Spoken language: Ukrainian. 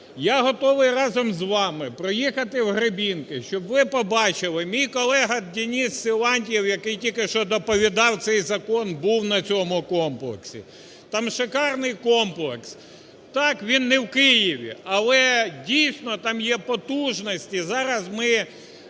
Я готовий разом з вами проїхати в Гребінки, щоб ви побачили. Мій колега Денис Силантьєв, який тільки що доповідав цей закон був на цьому комплексі. Там шикарний комплекс. Так, він не в Києві, але дійсно там є потужності. Зараз ми